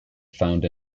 found